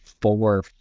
four